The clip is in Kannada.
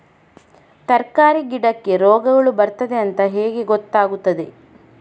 ತರಕಾರಿ ಗಿಡಕ್ಕೆ ರೋಗಗಳು ಬರ್ತದೆ ಅಂತ ಹೇಗೆ ಗೊತ್ತಾಗುತ್ತದೆ?